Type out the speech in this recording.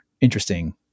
interesting